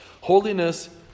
Holiness